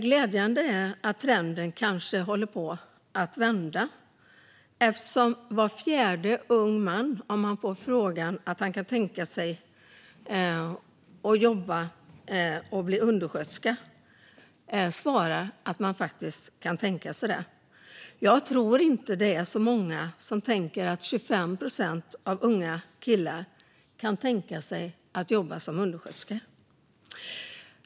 Glädjande nog håller trenden kanske på att vända, eftersom var fjärde ung man på frågan om han kan tänka sig att bli undersköterska faktiskt svarar att han kan det. Jag tror inte att så många tror att 25 procent av de unga killarna kan tänka sig att jobba som undersköterska.